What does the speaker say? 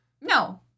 no